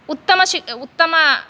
उत्तम शि उत्तम